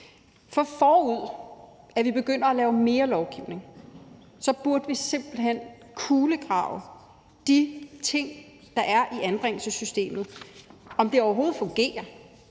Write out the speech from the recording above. For forud for at vi begynder at lave mere lovgivning, burde vi simpelt hen kulegrave de ting, der er i anbringelsessystemet – børn og unge-udvalget,